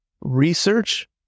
research